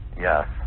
Yes